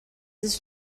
his